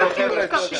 אז נשאיר את ההסדר הקיים.